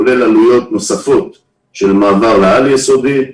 כולל עלויות נוספות של מעבר לעל יסודי.